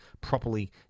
properly